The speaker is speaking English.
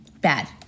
bad